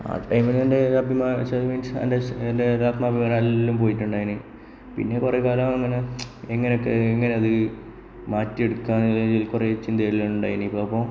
ആ ടൈമില് എൻറെ അഭിമാനം എന്നു വെച്ചാൽ മീൻസ് എൻറെ ആത്മാഭിമാനം എല്ലാം പോയിട്ടുണ്ടായിരുന്നു പിന്നെ കുറെ കാലം അങ്ങനെ ഇങ്ങനെ ഒക്കെ എങ്ങനെ അത് മാറ്റി എടുക്കാമെന്ന് കുറെ ചിന്ത എല്ലാം ഉണ്ടായിരുന്നു അപ്പോൾ